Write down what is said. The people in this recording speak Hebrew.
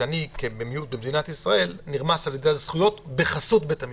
שאני כמיעוט במדינת ישראל נרמס בזכויות שלי בחסות בית המשפט.